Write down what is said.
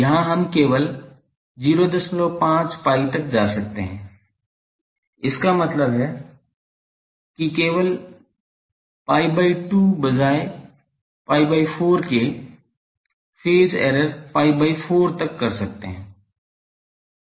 यहां हम केवल 05 pi तक जा सकते हैं इसका मतलब है कि केवल pi by 2 बजाय pi by 4 के फेज एरर pi by 4 तक कर सकते हैं